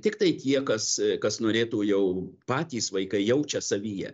tiktai tie kas kas norėtų jau patys vaikai jaučia savyje